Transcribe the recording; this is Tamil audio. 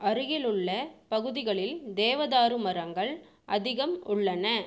அருகிலுள்ள பகுதிகளில் தேவதாரு மரங்கள் அதிகம் உள்ளன